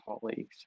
colleagues